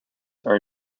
are